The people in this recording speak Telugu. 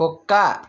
కుక్క